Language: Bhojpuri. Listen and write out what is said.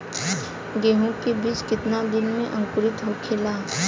गेहूँ के बिज कितना दिन में अंकुरित होखेला?